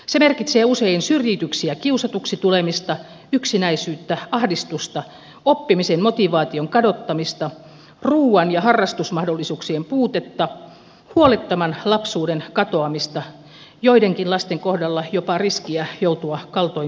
se merkitsee usein syrjityksi ja kiusatuksi tulemista yksinäisyyttä ahdistusta oppimisen motivaation kadottamista ruuan ja harrastusmahdollisuuksien puutetta huolettoman lapsuuden katoamista joidenkin lasten kohdalla jopa riskiä joutua kaltoin kohdelluiksi